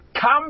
come